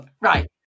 Right